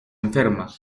enferma